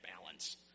balance